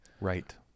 Right